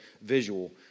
visual